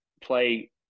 play